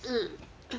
mm